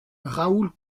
raoul